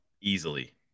easily